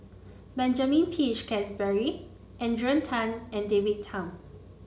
Benjamin Peach Keasberry Adrian Tan and David Tham